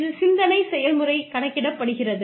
இது சிந்தனை செயல்முறை கணக்கிடுகிறது